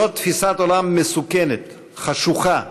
זאת תפיסת עולם מסוכנת, חשוכה,